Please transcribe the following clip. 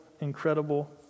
incredible